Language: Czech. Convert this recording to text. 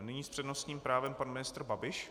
Nyní s přednostním právem pan ministr Babiš.